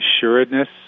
assuredness